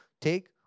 take